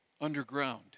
underground